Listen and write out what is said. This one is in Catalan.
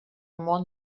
món